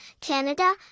Canada